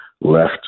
left